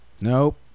Nope